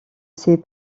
ses